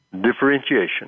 Differentiation